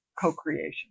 co-creation